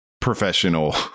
professional